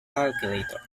calculator